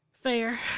Fair